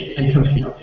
and compete.